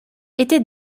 était